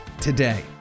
today